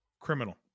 Criminal